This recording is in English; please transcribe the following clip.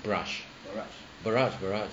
brush barrage barrage